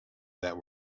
that